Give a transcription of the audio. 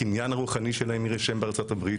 הקניין הרוחני שלהן יראה שהן בארצות הברית